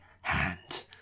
hand